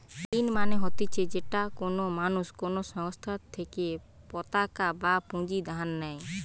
ঋণ মানে হতিছে যেটা কোনো মানুষ কোনো সংস্থার থেকে পতাকা বা পুঁজি ধার নেই